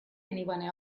anyone